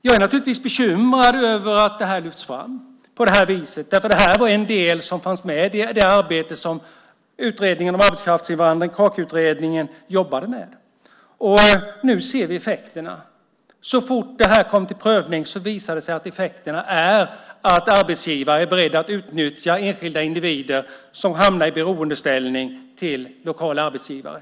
Jag är naturligtvis bekymrad över att detta lyfts fram på det viset. Det var en del av det som utredningen om arbetskraftsinvandring, KAKI-utredningen, jobbade med. Nu ser vi effekterna. Så fort det kom till prövning visade det sig att effekten blir att arbetsgivare är beredda att utnyttja enskilda individer som hamnar i beroendeställning till lokala arbetsgivare.